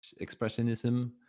expressionism